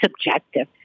subjective